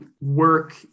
work